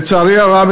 לצערי הרב,